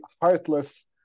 heartless